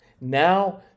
Now